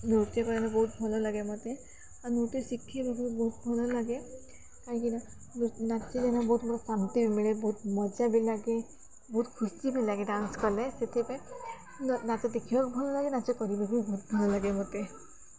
ନୃତ୍ୟ କହିଲେ ବହୁତ ଭଲ ଲାଗେ ମତେ ଆଉ ନୃତ୍ୟ ଶିଖେଇବାକୁ ବହୁତ ଭଲ ଲାଗେ କାହିଁକିନା ନାଚ ଦିନ ବହୁତ ଶାନ୍ତି ବି ମିଳେ ବହୁତ ମଜା ବି ଲାଗେ ବହୁତ ଖୁସି ବି ଲାଗେ ଡ୍ୟାନ୍ସ କଲେ ସେଥିପାଇଁ ନାଚ ଦେଖିବାକୁ ଭଲ ଲାଗେ ନାଚ କରିବାକୁ ବହୁତ ଭଲ ଲାଗେ ମତେ